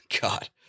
God